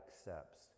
accepts